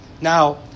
Now